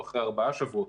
או אחרי ארבעה שבועות.